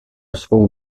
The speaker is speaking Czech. svou